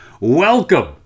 Welcome